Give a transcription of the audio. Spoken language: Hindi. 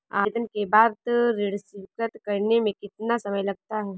आवेदन के बाद ऋण स्वीकृत करने में कितना समय लगता है?